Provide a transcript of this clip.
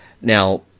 Now